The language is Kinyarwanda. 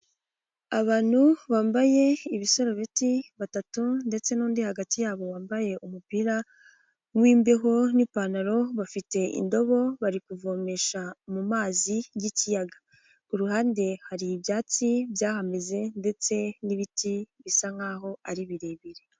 Abantu bambaye ibisarobeti batatu, ndetse n'undi hagati yabo wambaye umupira w'imbeho n'ipantaro, bafite indobo bari kuvomesha mu mazi y'ikiyaga, ku kuruhande hari ibyatsi byahameze ndetse n'ibiti bisa nk'aho ari birebire.